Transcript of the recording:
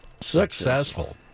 Successful